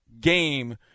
game